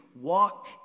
walk